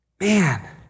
Man